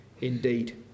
indeed